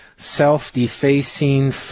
self-defacing